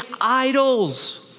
idols